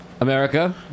America